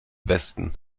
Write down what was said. westen